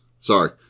sorry